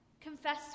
Confess